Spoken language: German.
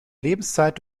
lebenszeit